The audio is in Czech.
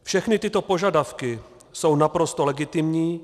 Všechny tyto požadavky jsou naprosto legitimní.